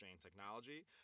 technology